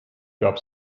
gab